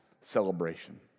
celebration